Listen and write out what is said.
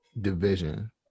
division